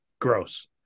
gross